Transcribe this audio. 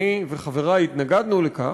אני וחברי התנגדנו לכך,